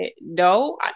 no